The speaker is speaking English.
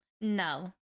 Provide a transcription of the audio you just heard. No